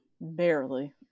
Barely